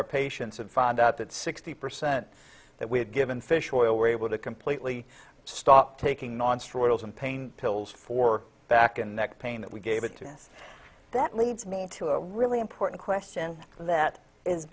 our patients and found out that sixty percent that we had given fish oil were able to completely stop taking on strudels and pain pills for back and neck pain that we gave it to us that leads me to a really important question that i